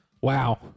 Wow